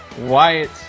Wyatt